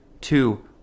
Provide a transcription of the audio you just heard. Two